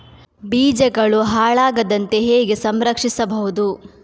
ಬೀಜಗಳು ಹಾಳಾಗದಂತೆ ಹೇಗೆ ಸಂರಕ್ಷಿಸಬಹುದು?